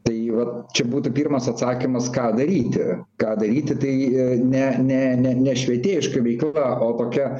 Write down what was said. tai vat čia būtų pirmas atsakymas ką daryti ką daryti tai i ne ne ne ne švietėjiška veikla o tokia